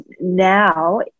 now